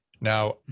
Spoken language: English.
Now